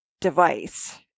device